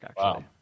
Wow